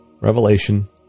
Revelation